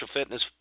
Fitness